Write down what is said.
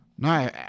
No